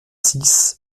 six